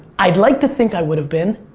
i'd like to think i would've been,